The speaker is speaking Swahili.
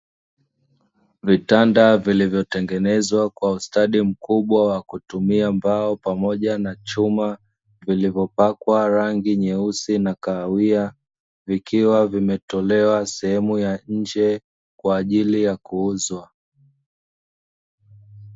Vitanda vilivyotengenezwa kwa ustadi mkubwa wa kutumia mbao pamoja na chuma, vilivyopakwa rangi nyeusi na kahawia vikiwa vimetolewa sehemu ya nje, kwa ajili ya kuuzwa.